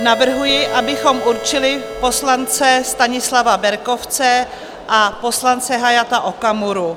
Navrhuji, abychom určili poslance Stanislava Berkovce a poslance Hayata Okamuru.